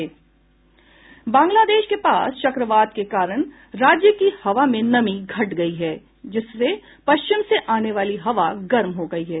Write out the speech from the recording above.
बांग्लादेश के पास चक्रवात के कारण राज्य की हवा में नमी घट गयी है जिससे पश्चिम से आने वाली हवा गर्म हो गयी है